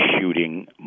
shooting